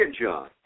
John